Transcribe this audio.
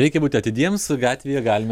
reikia būti atidiems gatvėje galime